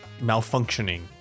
malfunctioning